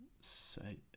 say